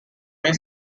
may